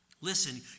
listen